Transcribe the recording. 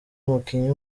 umukinnyi